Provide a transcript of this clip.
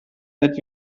that